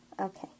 Okay